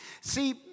See